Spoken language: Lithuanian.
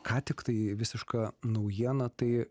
ką tik tai visiška naujiena tai